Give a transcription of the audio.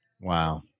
Wow